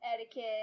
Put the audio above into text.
Etiquette